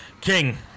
King